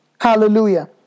Hallelujah